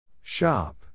Shop